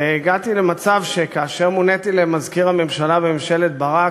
והגעתי למצב שכאשר מוניתי למזכיר הממשלה בממשלת ברק,